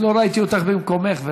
לא ראיתי אותך במקומך.